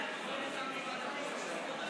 עם ישראל הצביע בשלוש מערכות בחירות הצבעה